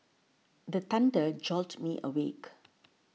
the thunder jolt me awake